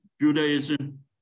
Judaism